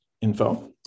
info